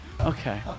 Okay